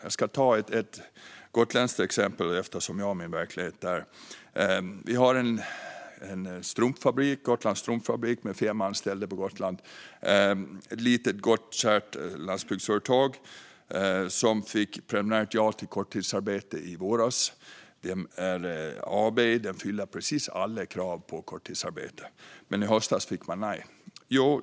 Jag ska ta ett gotländskt exempel, eftersom jag har min verklighet där. På Gotland finns Gotlands Strumpfabrik med fem anställda. Det är ett litet gott och kärt landsbygdsföretag som fick ett preliminärt ja till stöd för korttidsarbete i våras. Företaget är ett aktiebolag och uppfyller precis alla krav för korttidsarbete. Men i höstas fick man nej.